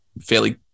fairly